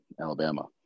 Alabama